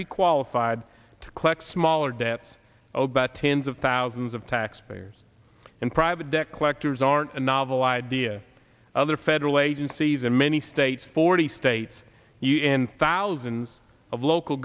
be qualified to collect smaller debts about tens of thousands of taxpayers and private debt collectors aren't a novel idea other federal agencies in many states forty states thousands of local